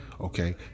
Okay